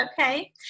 okay